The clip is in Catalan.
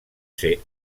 ser